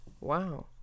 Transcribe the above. Wow